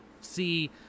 see